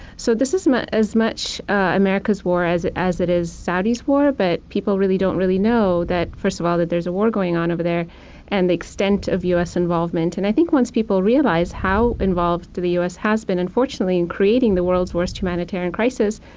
so this um ah as much america's war as it as it is saudi's war. but people really don't really know that. first of all, that there's a war going on over there and the extent of u. s. involvement. and i think once people realize how involved the u. s. has been, unfortunately, in creating the world's worst humanitarian crisis,